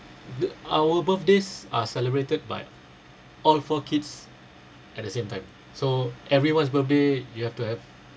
our birthdays are celebrated by all four kids at the same time so everyone's birthday you have to have